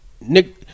Nick